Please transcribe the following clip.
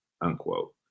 unquote